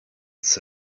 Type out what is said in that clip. said